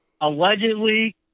Allegedly